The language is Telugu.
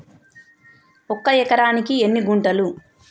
ఒక ఎకరానికి ఎన్ని గుంటలు?